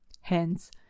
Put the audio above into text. Hence